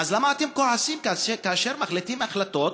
למה אתם כועסים כאשר מחליטים החלטות